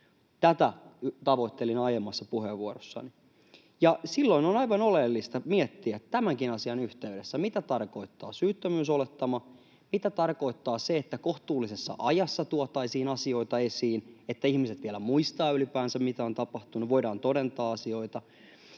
Tätä tavoittelin aiemmassa puheenvuorossani. Silloin on aivan oleellista miettiä tämänkin asian yhteydessä: Mitä tarkoittaa syyttömyysolettama? Mitä tarkoittaa se, että kohtuullisessa ajassa tuotaisiin asioita esiin, että ihmiset vielä muistavat ylipäänsä, mitä on tapahtunut, voidaan todentaa asioita?